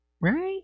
Right